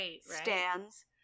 stands